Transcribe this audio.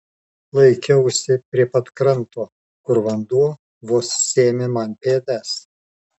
laikiausi prie pat kranto kur vanduo vos sėmė man pėdas